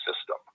system